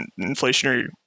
inflationary